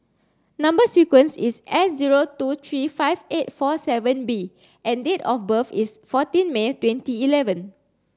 number sequence is S zero two three five eight four seven B and date of birth is fourteen May twenty eleven